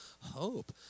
hope